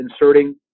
inserting